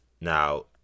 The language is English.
Now